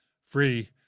free